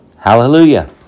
Hallelujah